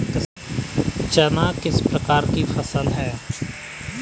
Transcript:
चना किस प्रकार की फसल है?